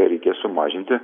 reikia sumažinti